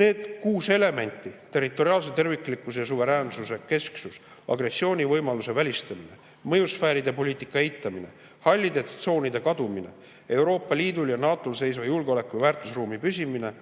Need kuus elementi – territoriaalse terviklikkuse ja suveräänsuse kesksus; agressiooni võimaluse välistamine; mõjusfääride poliitika eitamine; hallide tsoonide kadumine; Euroopa Liidul ja NATO‑l seisva julgeoleku‑ ja väärtusruumi püsimine;